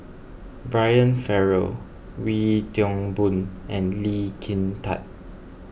Brian Farrell Wee Toon Boon and Lee Kin Tat